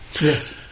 Yes